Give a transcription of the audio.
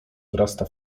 wrasta